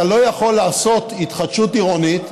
אתה לא יכול לעשות התחדשות עירונית,